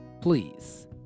please